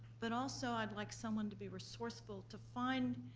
but also, i'd like someone to be resourceful to find,